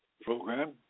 program